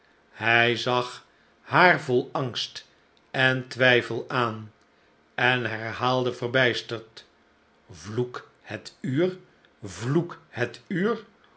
hij zag haar vol angst en twijfel aan en herhaalde verbijsterd vloek het uur vloek het uur